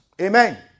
Amen